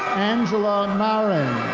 angela maurin.